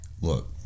Look